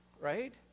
right